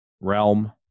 realm